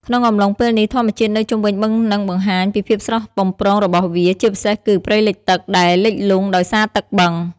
ក្នុងអំឡុងពេលនេះ ធម្មជាតិនៅជុំវិញបឹងនឹងបង្ហាញពីភាពស្រស់បំព្រងរបស់វា ជាពិសេសគឺ ព្រៃលិចទឹក ដែលលិចលង់ដោយសារទឹកបឹង។